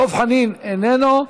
דב חנין, איננו.